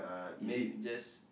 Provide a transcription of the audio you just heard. maybe just